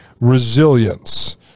resilience